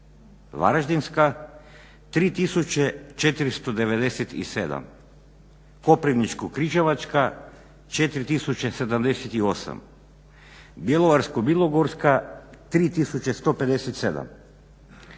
Varaždinska 3497, Koprivničko-križevačka 4078, Bjelovarsko-bilogorska 3157,